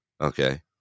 Okay